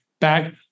back